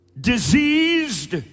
diseased